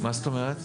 מה זאת אומרת?